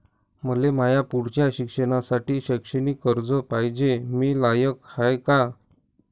मले माया पुढच्या शिक्षणासाठी शैक्षणिक कर्ज पायजे, मी लायक हाय का?